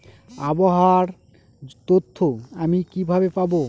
আবহাওয়ার তথ্য আমি কিভাবে পাবো?